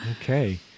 Okay